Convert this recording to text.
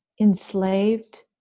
enslaved